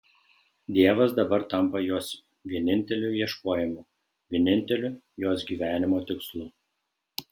dievas dabar tampa jos vieninteliu ieškojimu vieninteliu jos gyvenimo tikslu